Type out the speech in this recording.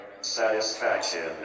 satisfaction